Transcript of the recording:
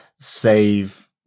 save